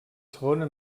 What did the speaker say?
segona